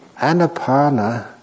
Anapana